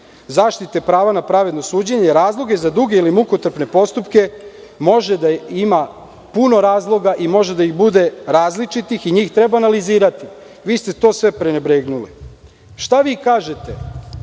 zaštite prava na pravedno suđenje, razloge za duge i mukotrpne postupke, može da ima puno razloga i može da ih bude različitih i njih treba analizirati. Vi ste to sve prenebregnuli. Šta vi kažete